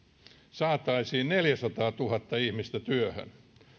saataisiin neljäsataatuhatta ihmistä työhön